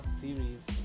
series